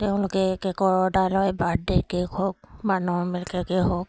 তেওঁলোকে cake order লয় birthday cake হওক বা নৰ্মেল কে'কেই হওক